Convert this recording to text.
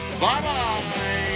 Bye-bye